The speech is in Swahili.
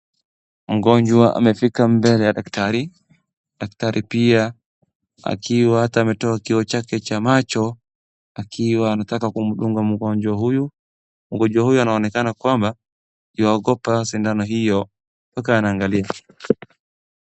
Mgonjwa amefika mbele ya daktari. Daktari pia akiwa ata ametoa kioo chake cha macho akiwa anataka kumdunga mgonjwa huyu. Mgonjwa huyu anaonekana kwamba yuaogopa sindano hio mpaka anaangalia.